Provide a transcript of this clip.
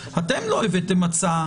לא הבאתם הצעה